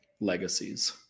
legacies